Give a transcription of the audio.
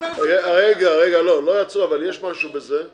יש בזה משהו.